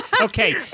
Okay